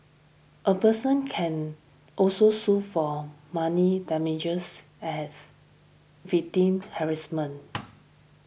a person can also sue for money damages I have victim harassment